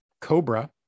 Cobra